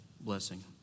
blessing